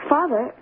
Father